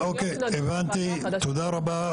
הבנתי, תודה רבה.